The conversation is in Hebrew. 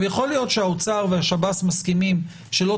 יכול להיות שהאוצר והשב"ס מסכימים שלא